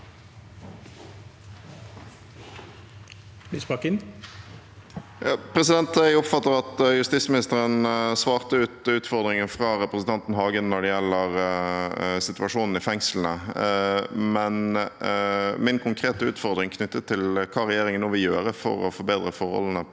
Jeg oppfatter at justisministeren svarte ut utfordringen fra representanten Hagen når det gjelder situasjonen i fengslene, men min konkrete utfordring knyttet til hva regjeringen nå vil gjøre for å forbedre forholdene